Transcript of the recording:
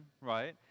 right